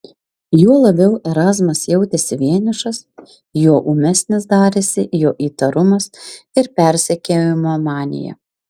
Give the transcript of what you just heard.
juo labiau erazmas jautėsi vienišas juo ūmesnis darėsi jo įtarumas ir persekiojimo manija